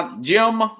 Jim